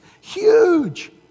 huge